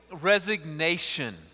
Resignation